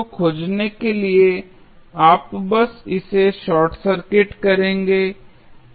को खोजने के लिए आप बस इसे शॉर्ट सर्किट करेंगे